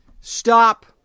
Stop